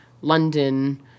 London